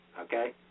okay